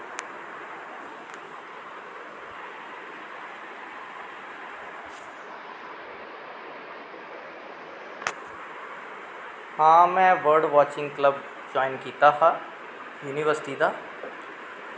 हां में bird watching club join कीता हा युनिवर्सिटी दा